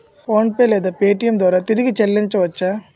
PhonePe లేదా Paytm ద్వారా తిరిగి చల్లించవచ్చ?